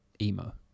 emo